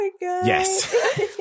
Yes